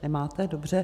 Nemáte, dobře.